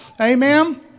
Amen